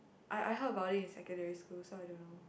I I heard about it in secondary school so I don't know